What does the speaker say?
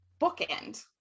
bookend